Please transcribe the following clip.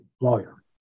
lawyer